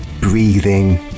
breathing